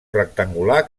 rectangular